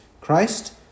Christ